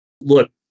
Look